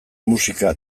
musika